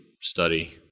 study